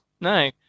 no